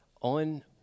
on